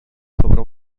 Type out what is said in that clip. sobre